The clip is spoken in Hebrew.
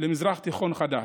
למזרח תיכון חדש,